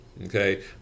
Okay